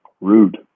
Rude